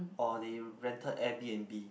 or they rented Air-b_n_b